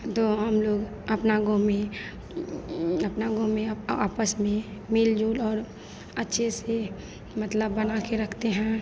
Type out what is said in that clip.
दो हमलोग अपने गाँव में अपने गाँव में आपस में मेलजोल और अच्छे से मतलब बनाकर रखते हैं